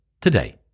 today